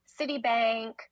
Citibank